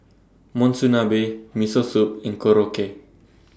Monsunabe Miso Soup and Korokke